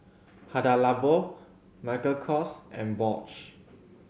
Hada Labo Michael Kors and Bosch